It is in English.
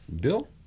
Bill